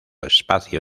espacio